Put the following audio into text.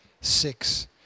Six